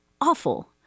awful